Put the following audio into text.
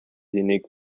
unique